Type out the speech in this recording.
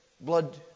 blood